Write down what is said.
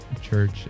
church